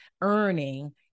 earning